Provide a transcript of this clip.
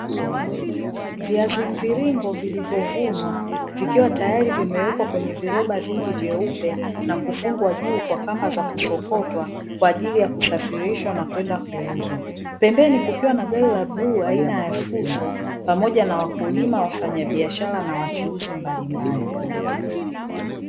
Viazi mviringo vilivyovunwa vikiwa tayari vimewekwa kwenye viroba vingi vyeupe, na kufungwa juu kwa kama za kusokotwa kwaajili ya kusafirishwa na kwenda kuuzwa. Pembeni kukiwa na gari la buluu aina ya fuso, pamoja na wakulima wafanyabiashara na wachuuzi mbalimbali.